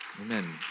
Amen